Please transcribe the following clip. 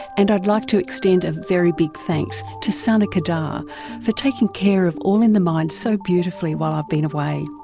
and i'd like to extend a very big thanks to sana qadar for taking care of all in the mind so beautifully while i've been away.